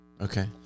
okay